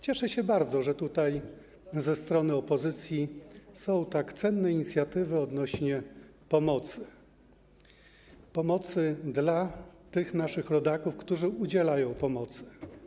Cieszę się bardzo, że ze strony opozycji są tak cenne inicjatywy odnośnie do pomocy dla tych naszych rodaków, którzy udzielają pomocy.